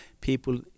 people